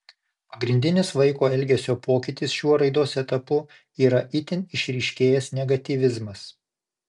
pagrindinis vaiko elgesio pokytis šiuo raidos etapu yra itin išryškėjęs negatyvizmas